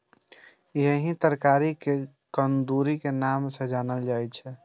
एहि तरकारी कें कुंदरू के नाम सं जानल जाइ छै